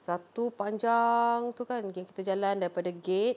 satu panjang tu kan kita jalan daripada gate